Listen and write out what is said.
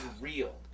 real